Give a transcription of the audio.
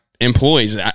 employees